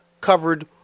covered